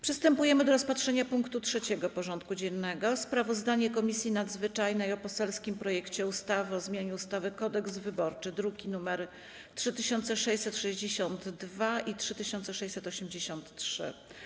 Przystępujemy do rozpatrzenia punktu 3. porządku dziennego: Sprawozdanie Komisji Nadzwyczajnej o poselskim projekcie ustawy o zmianie ustawy Kodeks wyborczy (druki nr 3662 i 3683)